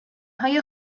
های